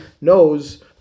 knows